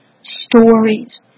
stories